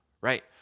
right